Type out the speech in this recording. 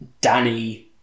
Danny